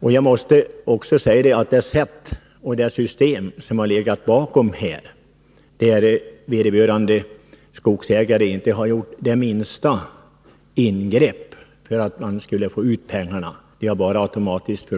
Det system som man använt i det här fallet innebär att vederbörande skogsägare inte gjort det minsta för att få ut pengarna, utan dessa har automatiskt